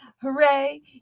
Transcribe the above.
Hooray